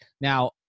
Now